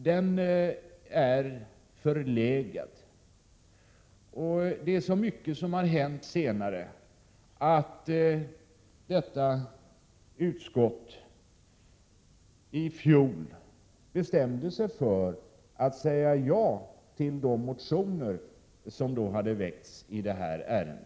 Det har också hänt så mycket på detta område att bostadsutskottet i fjol bestämde sig för att säga ja till de motioner som hade väckts i detta ärende.